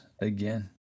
again